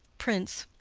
prince.